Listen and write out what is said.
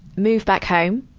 move back home.